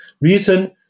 reason